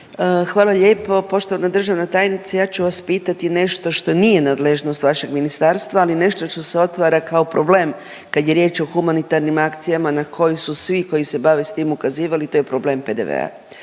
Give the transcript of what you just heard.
Hvala lijepo. Poštovana državna tajnice, ja ću vas pitati nešto što nije nadležnost vašeg Ministarstva, ali nešto što se otvara kao problem kad je riječ o humanitarnim akcijama na koji su svi koji se bave s tim ukazivali, to je problem PDV-a.